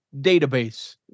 database